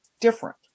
different